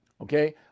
Okay